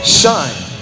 shine